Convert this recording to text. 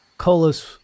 Colas